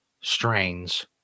strains